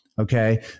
Okay